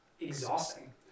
exhausting